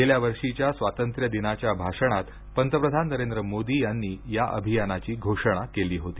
गेल्या वर्षीच्या स्वातंत्र्य दिनाच्या भाषणात पंतप्रधान नरेंद्र मोदी यांनी या अभियानाची घोषणा केली होती